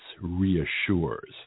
reassures